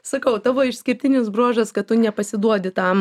sakau tavo išskirtinis bruožas kad tu nepasiduodi tam